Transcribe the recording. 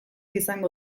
izango